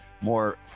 more